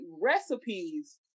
recipes